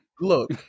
Look